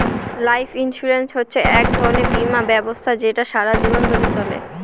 life insurance হচ্ছে এক ধরনের বীমা ব্যবস্থা যেটা সারা জীবন ধরে চলে